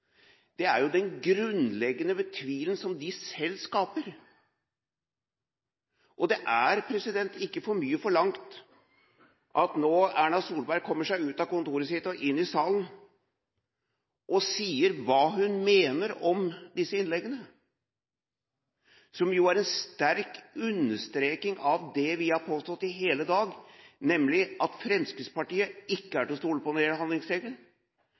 er den grunnleggende tvilen som de selv skaper. Og det er ikke for mye forlangt at Erna Solberg nå kommer seg ut av kontoret sitt og inn i salen og sier hva hun mener om disse innleggene, som er en sterk understreking av det vi har påstått i hele dag, nemlig at Fremskrittspartiet ikke er til å stole på når det gjelder handlingsregelen.